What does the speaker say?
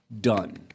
Done